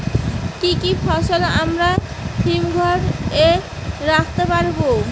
কি কি ফসল আমরা হিমঘর এ রাখতে পারব?